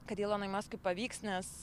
kad ilonui maskui pavyks nes